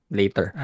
later